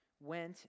went